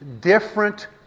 different